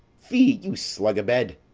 fie, you slug-abed!